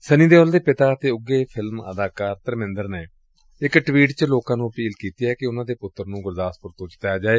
ਸੰਨੀ ਦਿਉਲ ਦੇ ਪਿਤਾ ਅਤੇ ਉਘੇ ਫਿਲਮ ਅਦਾਕਾਰ ਧਰਮਿੰਦਰ ਨੇ ਇਕ ਟਵੀਟ ਚ ਲੋਕਾਂ ਨੂੰ ਅਪੀਲ ਕੀਤੀ ਏ ਕਿ ਉਨਾਂ ਦੇ ਪੁੱਤਰ ਨੂੰ ਗੁਰਦਾਸਪੁਰ ਤੋਂ ਜਿਤਾਇਆ ਜਾਏ